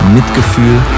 Mitgefühl